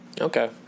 Okay